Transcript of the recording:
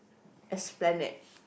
explain it